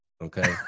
Okay